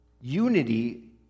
Unity